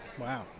Wow